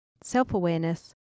self-awareness